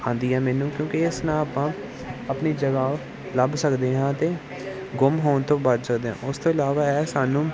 ਆਉਂਦੀ ਹੈ ਮੈਨੂੰ ਕਿਉਂਕਿ ਇਸ ਨਾਲ ਆਪਾਂ ਆਪਣੀ ਜਗ੍ਹਾ ਲੱਭ ਸਕਦੇ ਹਾਂ ਅਤੇ ਗੁੰਮ ਹੋਣ ਤੋਂ ਬਚ ਸਕਦੇ ਹਾਂ ਉਸ ਤੋਂ ਇਲਾਵਾ ਇਹ ਸਾਨੂੰ